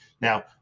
Now